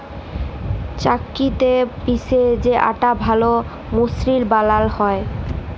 চাক্কিতে পিসে যে আটা ভাল মসৃল বালাল হ্যয়